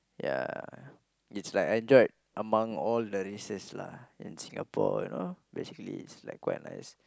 yeah it's like enjoyed among all the races lah in Singapore you know basically it's like quite nice